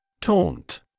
Taunt